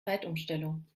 zeitumstellung